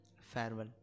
farewell